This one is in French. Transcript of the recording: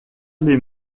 les